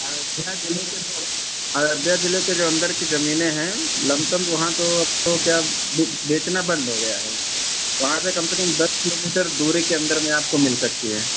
अयोध्या जिले से जो है ना अयोध्या जिले से जो अन्दर की जमीनें हैं लमसम वहाँ तो अब तो क्या बेचना बंद हो गया है वहाँ पर कम से कम दस किलोमीटर दूरी के अन्दर में आपको मिल सकती है